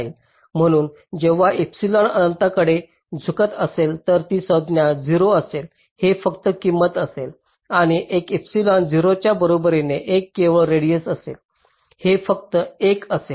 म्हणून जेव्हा एपिसलन अनंतकडे झुकत असेल तर ही संज्ञा 0 असेल हे फक्त किंमत असेल आणि एक एपसिलोन 0 च्या बरोबरीने हे केवळ रेडिएस असेल हे फक्त 1 असेल